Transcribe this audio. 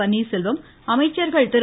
பன்னீர்செல்வம் அமைச்சர்கள் திரு